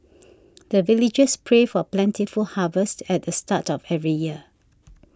the villagers pray for plentiful harvest at the start of every year